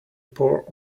poured